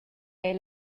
era